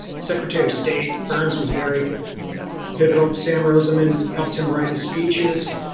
secretary of state burns was very pivotal sam roseman helped him write his speeches.